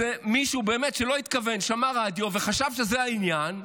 שאיזה מישהו שבאמת לא התכוון שמע רדיו וחשב שזה העניין,